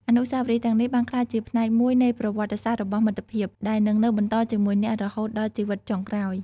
អនុស្សាវរីយ៍ទាំងនេះបានក្លាយជាផ្នែកមួយនៃប្រវត្តិសាស្ត្ររបស់មិត្តភាព ដែលនឹងនៅបន្តជាមួយអ្នករហូតដល់ជីវិតចុងក្រោយ។